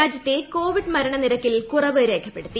രാജ്യത്തെ കോവിഡ് മരണനിരക്കിൽ കുറവ് രേഖപ്പെടുത്തി